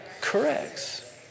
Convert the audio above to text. Corrects